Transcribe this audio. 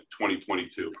2022